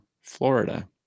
Florida